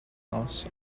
house